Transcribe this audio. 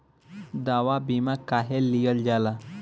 दवा बीमा काहे लियल जाला?